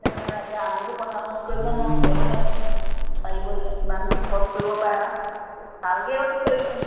পাৰে নে নোৱাৰে আমিতো পইচা খৰচ কৰিব নোৱাৰোঁ তেওঁহে পাৰিব এতিয়া কিমান কি খৰচ কৰিব পাৰে আৰু ভালকেইতো কৰিবলৈ মন